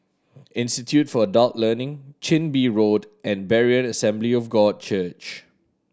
Institute for Adult Learning Chin Bee Road and Berean Assembly of God Church